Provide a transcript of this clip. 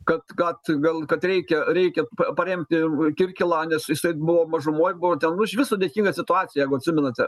kad kad gal kad reikia reikia paremti kirkilą nes jisai buvo mažumoj buvo ten nu išvis sudėtinga situacija jeigu atsimenate